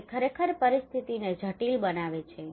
તે ખરેખર પરિસ્થિતિને જટિલ બનાવે છે